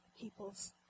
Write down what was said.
people's